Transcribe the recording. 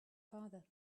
father